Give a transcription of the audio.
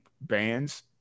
bands